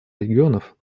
регионов